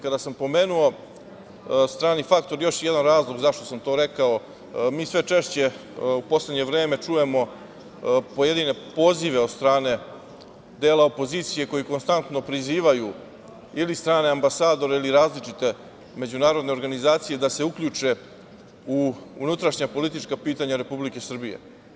Kada sam pomenuo strani faktor, još jedan razlog zašto sam to rekao je da mi sve češće u poslednje vreme čujemo pojedine pozive od strane dela opozicije koji konstantno prizivaju ili strane ambasadore ili različite međunarodne organizacije da se uključe u unutrašnja politička pitanja Republike Srbije.